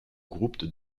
groupe